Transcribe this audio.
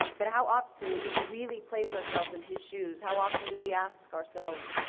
but how often do we really place ourselves in his shoes? how often do we ask ourselves,